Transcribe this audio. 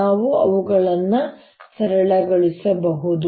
ನಾವು ಅವುಗಳನ್ನು ಸರಳಗೊಳಿಸೋಣ